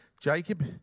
Jacob